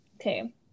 Okay